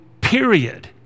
period